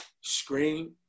scream